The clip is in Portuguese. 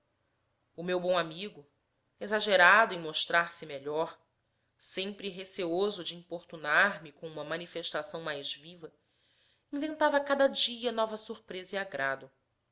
o meu bom amigo exagerado em mostrar-se melhor sempre receoso de importunar me com uma manifestação mais viva inventava cada dia nova surpresa e agrado